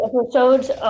episodes